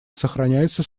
сохраняются